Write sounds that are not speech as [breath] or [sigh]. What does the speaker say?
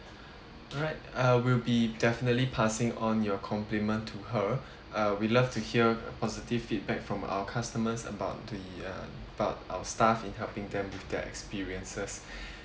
alright uh we'll be definitely passing on your compliment to her uh we love to hear positive feedback from our customers about the uh bout our staff in helping them with their experiences [breath]